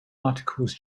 articles